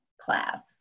class